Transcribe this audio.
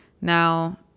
Now